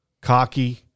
cocky